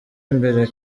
imbere